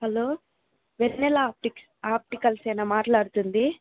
hello Vennela opt opticals యేనా మాట్లాడుతుంది